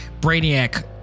brainiac